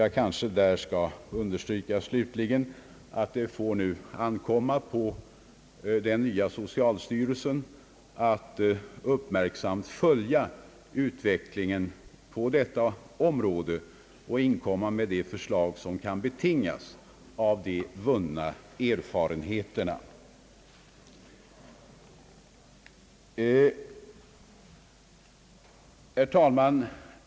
Jag vill understryka att det får ankomma på den nya socialstyrelsen att uppmärksamt följa utvecklingen på detta område och inkomma med de förslag som kan betingas av de vunna erfarenheterna. Herr talman!